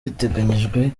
biteganyijwe